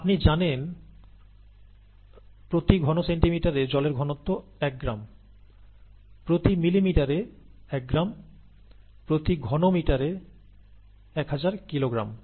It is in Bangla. আপনি জানেন প্রতি ঘন সেন্টিমিটার জলের ঘনত্ব 1 গ্রাম প্রতি মিলিলিটারে 1 গ্রাম প্রতি ঘনমিটারে 1000 কিলোগ্রাম